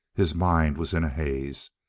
his mind was in a haze.